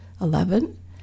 eleven